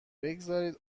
بگذارید